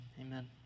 amen